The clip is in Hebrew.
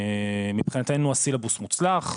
מבחינתנו הסילבוס מוצלח.